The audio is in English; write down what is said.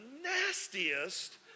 nastiest